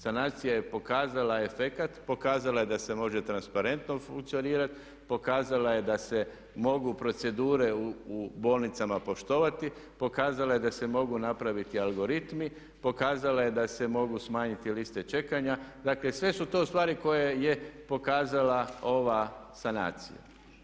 Sanacija je pokazala efekat, pokazala je da se može transparentno funkcionirati, pokazala je da se mogu procedure u bolnicama poštovati, pokazala je da se mogu napraviti algoritmi, pokazala je da se mogu smanjiti liste čekanja, dakle sve su to stvari koje je pokazala ova sanacija.